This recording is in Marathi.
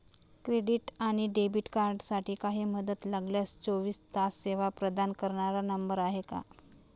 क्रेडिट आणि डेबिट कार्डसाठी काही मदत लागल्यास चोवीस तास सेवा प्रदान करणारा नंबर आहे का?